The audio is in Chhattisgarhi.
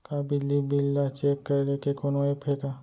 का बिजली बिल ल चेक करे के कोनो ऐप्प हे का?